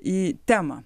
į temą